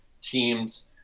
teams